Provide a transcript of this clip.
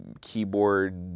keyboard